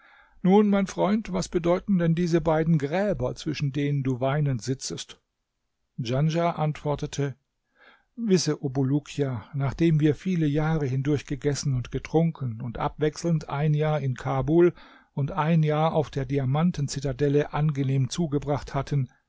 nun mein freund was bedeuten denn diese beiden gräber zwischen denen du weinend sitzest djanschah antwortete wisse o bulukia nachdem wir viele jahre hindurch gegessen und getrunken und abwechselnd ein jahr in kabul und ein jahr auf der diamanten zitadelle angenehm zugebracht hatten